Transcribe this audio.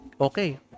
okay